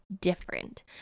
different